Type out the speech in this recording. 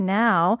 now